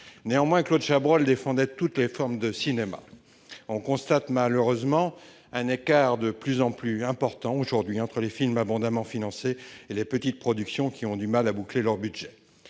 bougeaient ! Claude Chabrol défendait toutes les formes de cinéma. Or on constate aujourd'hui un écart de plus en plus important entre les films abondamment financés et les petites productions qui ont du mal à boucler leur budget.